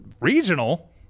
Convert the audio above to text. regional